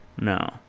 No